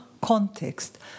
context